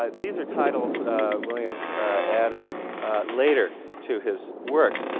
ah these are titles williams added later to his work.